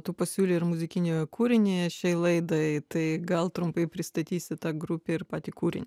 tu pasiūlei ir muzikinį kūrinį šiai laidai tai gal trumpai pristatysiu tą grupę ir patį kūrinį